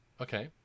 Okay